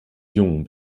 jungen